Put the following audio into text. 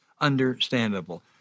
understandable